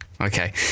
Okay